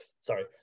sorry